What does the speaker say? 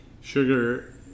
Sugar